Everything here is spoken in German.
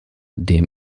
dem